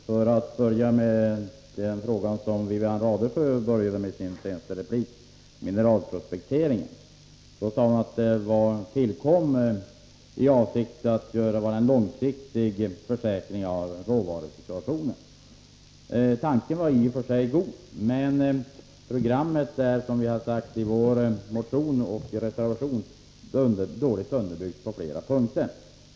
Herr talman! Jag börjar med den fråga som Wivi-Anne Radesjö inledde sin senaste replik med, nämligen mineralprospekteringen. Wivi-Anne Radesjö sade att programmet tillkom i avsikt att långsiktigt försäkra sig om en bra råvarusituation. Tanken var i och för sig god, men programmet är, som vi har sagt i vår motion och reservation, dåligt underbyggt på flera punkter.